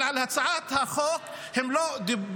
אבל על הצעת החוק הם לא דיברו.